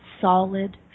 solid